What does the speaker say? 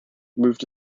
moved